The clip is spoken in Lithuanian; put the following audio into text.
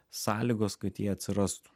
sąlygos kad jie atsirastų